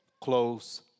close